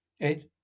ed